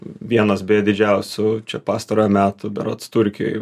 vienas beje didžiausių čia pastarojo metų berods turkijoj